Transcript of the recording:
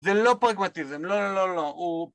זה לא פרגמטיזם, לא, לא, לא, לא, הוא...